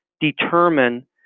determine